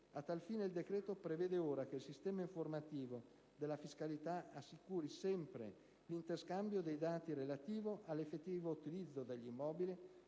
A tal fine, il decreto prevede ora che il sistema informativo della fiscalità assicuri sempre l'interscambio dei dati relativi all'effettivo utilizzo degli immobili,